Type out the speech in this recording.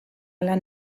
lan